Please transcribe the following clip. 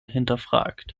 hinterfragt